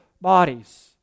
bodies